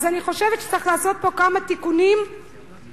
אז אני חושבת שצריך לעשות פה כמה תיקונים סמנטיים.